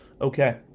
Okay